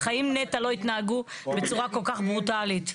בחיים נת"ע לא התנהגו בצורה כל כך ברוטלית.